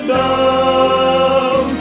down